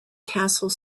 castle